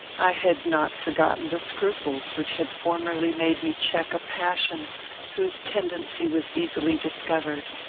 i had not forgotten the scruples which had formerly made me check a passion whose tendency was easily discovered.